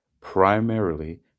primarily